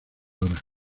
hora